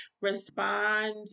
Respond